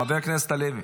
חבר הכנסת לוי.